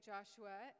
Joshua